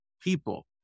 people